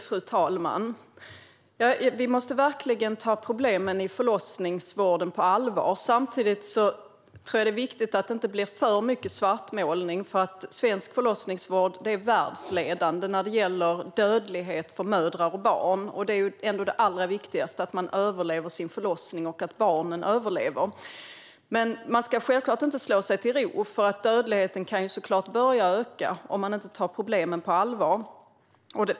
Fru talman! Vi måste verkligen ta problemen i förlossningsvården på allvar. Samtidigt tror jag att det är viktigt att det inte blir för mycket svartmålning. Svensk förlossningsvård är nämligen världsledande när det gäller låg dödlighet för mödrar och barn. Det är ändå det allra viktigaste: att mödrarna överlever sin förlossning och att barnen överlever. Men vi ska självklart inte slå oss till ro. Dödligheten kan såklart börja öka om vi inte tar problemen på allvar.